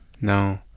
No